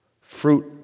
fruit